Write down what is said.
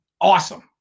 awesome